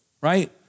right